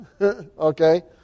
Okay